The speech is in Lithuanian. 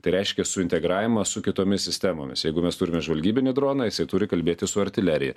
tai reiškia suintegravimą su kitomis sistemomis jeigu mes turime žvalgybinį droną jisai turi kalbėti su artilerija